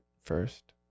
first